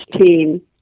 team